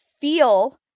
feel